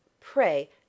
Pray